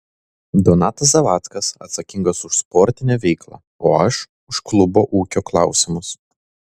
donatas zavackas atsakingas už sportinę veiklą o aš už klubo ūkio klausimus